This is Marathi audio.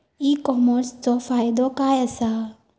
ई कॉमर्सचो फायदो काय असा?